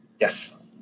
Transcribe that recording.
Yes